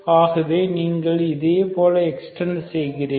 ஆகவே நீங்கள் இதுபோல எக்ஸ்டெண்ட் செய்கிறீர்கள்